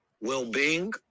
well-being